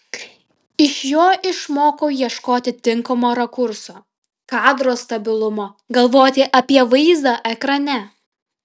iš jo išmokau ieškoti tinkamo rakurso kadro stabilumo galvoti apie vaizdą ekrane